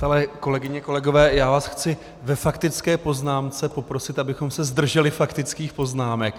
Přátelé, kolegyně, kolegové, já vás chci ve faktické poznámce poprosit, abychom se zdrželi faktických poznámek.